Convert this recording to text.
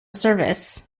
service